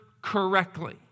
correctly